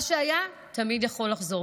מה שהיה תמיד יכול לחזור.